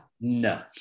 No